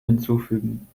hinzufügen